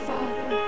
Father